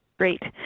great.